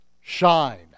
shine